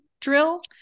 drill